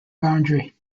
boundary